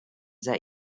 that